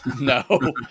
No